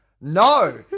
No